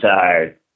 tired